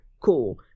cool